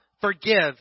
forgive